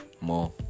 more